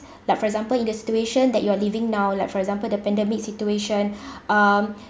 like for example in the situation that you are living now like for example the pandemic situation um